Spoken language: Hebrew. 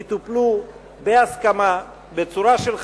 יטופלו בהסכמה בצורה של חקיקה.